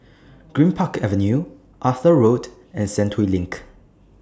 Greenpark Avenue Arthur Road and Sentul LINK